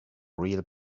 real